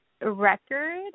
record